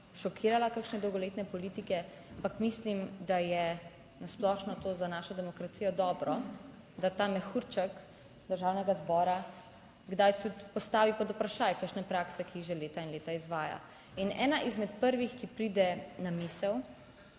šokirala kakšne dolgoletne politike, ampak mislim da je na splošno to za našo demokracijo dobro: da ta mehurček **25. TRAK: (VP) 11.00** (nadaljevanje) Državnega zbora kdaj tudi postavi pod vprašaj kakšna praksa, ki jih že leta in leta izvaja. In ena izmed prvih, ki pride na misel,